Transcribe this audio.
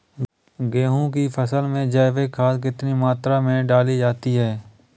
गेहूँ की फसल में जैविक खाद कितनी मात्रा में डाली जाती है?